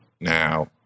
now